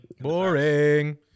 Boring